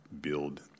build